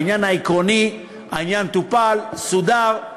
בעניין העקרוני, העניין טופל, סודר,